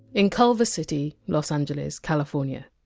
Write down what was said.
in culver city, los angeles, california,